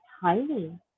tiny